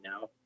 now